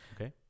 Okay